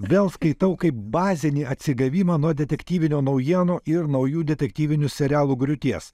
vėl skaitau kaip bazinį atsigavimą nuo detektyvinio naujienų ir naujų detektyvinių serialų griūties